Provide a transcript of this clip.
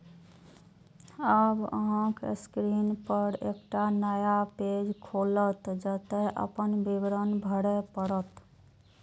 आब अहांक स्क्रीन पर एकटा नया पेज खुलत, जतय अपन विवरण भरय पड़त